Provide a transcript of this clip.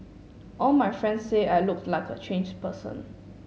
all my friends say I look like a changed person